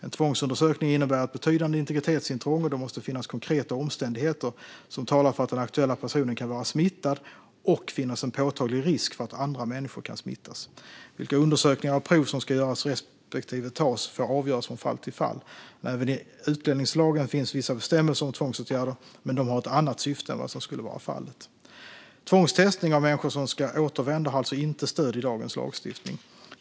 En tvångsundersökning innebär ett betydande integritetsintrång, och det måste finnas konkreta omständigheter som talar för att den aktuella personen kan vara smittad och finnas en påtaglig risk för att andra människor kan smittas. Vilka undersökningar och prov som ska göras respektive tas får avgöras från fall till fall. Även i utlänningslagen finns vissa bestämmelser om tvångsåtgärder, men de har ett annat syfte än vad som nu skulle vara fallet. Tvångstestning av människor som ska återvända har alltså inte stöd i dagens lagstiftning.